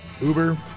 Uber